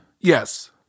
Yes